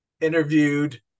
interviewed